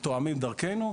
מתואמים דרכנו,